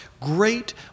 Great